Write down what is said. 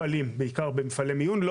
עדיין, לצערנו, לא